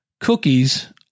cookies